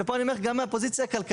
ופה אני אומר לך גם מהפוזיציה הכלכלית,